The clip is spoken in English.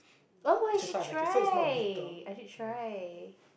oh I should try I should try